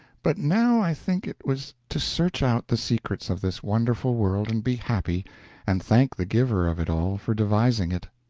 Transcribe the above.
but now i think it was to search out the secrets of this wonderful world and be happy and thank the giver of it all for devising it.